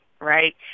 right